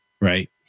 right